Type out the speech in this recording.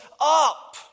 up